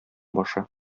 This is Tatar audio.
башы